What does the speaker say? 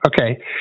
Okay